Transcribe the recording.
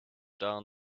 down